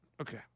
Okay